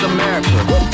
America